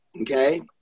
Okay